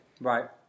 Right